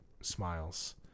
smiles